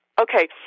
Okay